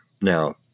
now